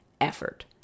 effort